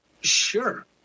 sure